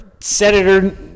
Senator